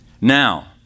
Now